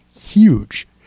huge